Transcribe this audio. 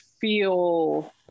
feel